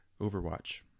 Overwatch